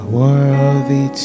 worthy